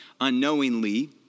unknowingly